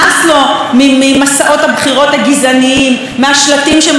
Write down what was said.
מהשלטים שאומרים "אנחנו או הם".